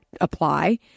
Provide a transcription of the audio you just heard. apply